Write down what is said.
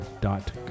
dot